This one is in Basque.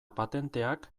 patenteak